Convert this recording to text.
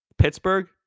Pittsburgh